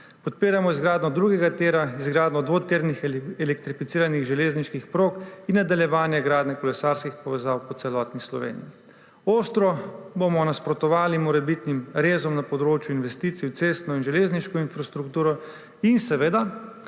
Podpiramo izgradnjo drugega tira, izgradnjo dvotirnih elektrificiranih železniških prog in nadaljevanje gradnje kolesarskih povezav po celotni Sloveniji. Ostro bomo nasprotovali morebitnim rezom na področju investicij v cestno in železniško infrastrukturo in seveda